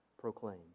proclaim